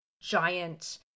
giant